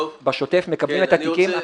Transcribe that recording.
בשוטף מקבלים את התיקים --- סליחה,